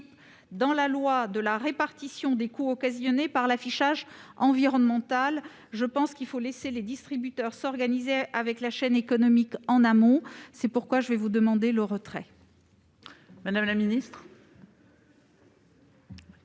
le principe de la répartition des coûts occasionnés par l'affichage environnemental. Je pense qu'il faut laisser les distributeurs s'organiser avec la chaîne économique, en amont. Je demande donc le retrait